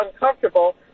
uncomfortable